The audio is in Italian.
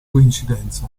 coincidenza